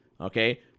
okay